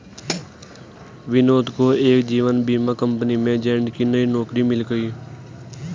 विनोद को एक जीवन बीमा कंपनी में एजेंट की नई नौकरी मिल गयी